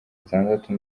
atandatu